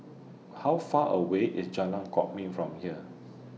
How Far away IS Jalan Kwok Min from here